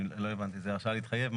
אז זה הרשאה להתחייב?